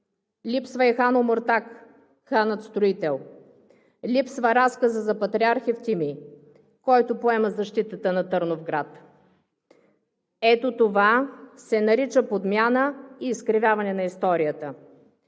Липсва и хан Омуртаг – ханът строител. Липсва разказът за Патриарх Евтимий, който поема защитата на Търновград. Ето това се нарича подмяна и изкривяване на историята.